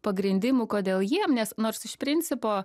pagrindimų kodėl jiem nes nors iš principo